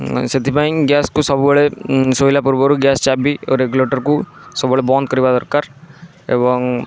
ସେଥିପାଇଁ ଗ୍ୟାସ୍କୁ ସବୁବେଳେ ଶୋଇଲା ପୂର୍ବରୁ ଗ୍ୟାସ୍ ଚାବି ଓ ରେଗୁଲେଟର୍କୁ ସବୁବେଳେ ବନ୍ଦ କରିବା ଦରକାର ଏବଂ